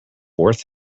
worth